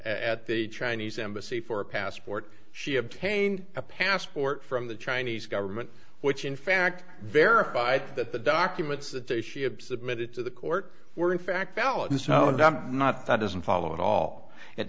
at the chinese embassy for a passport she obtained a passport from the chinese government which in fact verified that the documents that they ship submitted to the court were in fact valid is no no i'm not that doesn't follow at all it